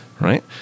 right